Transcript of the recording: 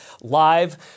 live